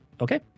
Okay